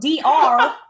dr